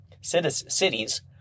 cities